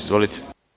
Izvolite.